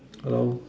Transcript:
hello